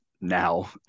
now